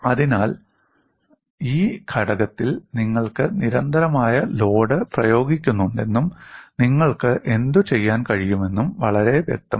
അതിനാൽ ഈ ഘടകത്തിൽ നിങ്ങൾക്ക് നിരന്തരമായ ലോഡ് പ്രയോഗിക്കുന്നുണ്ടെന്നും നിങ്ങൾക്ക് എന്തുചെയ്യാൻ കഴിയുമെന്നും വളരെ വ്യക്തമാണ്